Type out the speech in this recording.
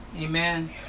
Amen